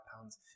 pounds